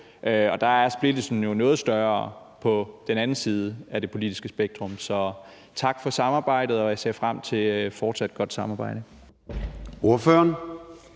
Der er splittelsen jo noget større på den anden side af det politiske spektrum. Så tak for samarbejdet. Jeg ser frem til et fortsat godt samarbejde.